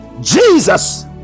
Jesus